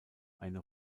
eine